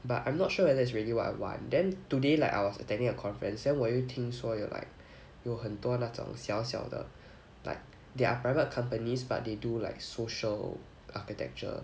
but I'm not sure whether it's really what I want then today like I was attending a conference then 我又听说有 like 有很多那种小小的 like they are private companies but they do like social architecture